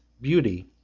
beauty